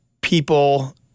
people